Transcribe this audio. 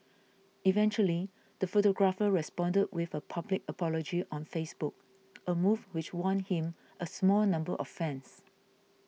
eventually the photographer responded with a public apology on Facebook a move which won him a small number of fans